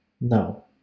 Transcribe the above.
No